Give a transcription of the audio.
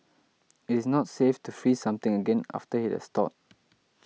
it is not safe to freeze something again after it has thawed